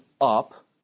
up